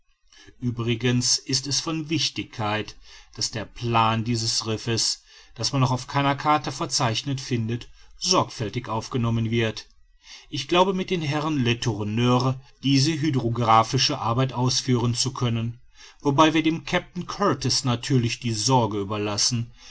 uebrigens ist es von wichtigkeit daß der plan dieses riffes das man noch auf keiner karte verzeichnet findet sorgfältig aufgenommen wird ich glaube mit den herren letourneur diese hydrographische arbeit ausführen zu können wobei wir dem kapitän kurtis natürlich die sorge überlassen